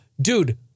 Dude